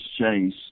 Chase